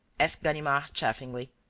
asked ganimard, chaffingly.